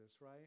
right